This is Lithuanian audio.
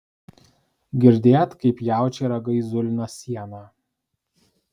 girdėt kaip jaučiai ragais zulina sieną